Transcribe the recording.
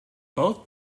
both